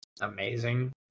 amazing